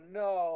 no